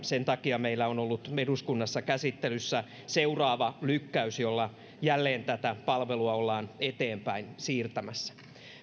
sen takia meillä on ollut eduskunnassa käsittelyssä seuraava lykkäys jolla jälleen tätä palvelua ollaan eteenpäin siirtämässä